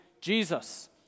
Jesus